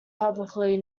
publicly